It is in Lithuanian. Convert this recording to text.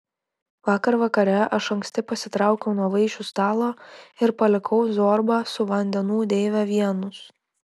vakar vakare aš anksti pasitraukiau nuo vaišių stalo ir palikau zorbą su vandenų deive vienus